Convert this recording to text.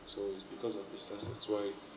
so it's because of business that's why